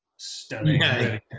stunning